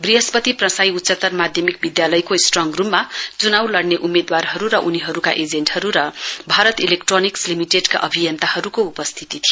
वृहस्पति प्रसाई उच्चत्तर माध्यमिक विद्यालयको स्ट्रङ रूममा च्नाउ लड्ने उम्मेद्वारहरू र उनीहरूका एजेन्टहरू अनि भारत इलेक्ट्रोनिक्स लिमिटेडका अभियान्ताहरूको टोलीको उपस्थिति थियो